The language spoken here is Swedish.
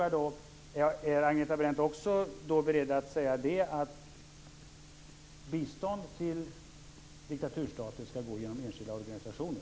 Är Agneta Brendt beredd att säga att bistånd till diktaturstater skall gå genom enskilda organisationer?